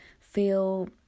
feel